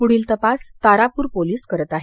पुढील तपास तारापूर पोलीस करत आहेत